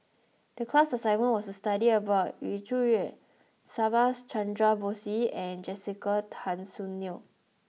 the class assignment was to study about Yu Zhuye Subhas Chandra Bose and Jessica Tan Soon Neo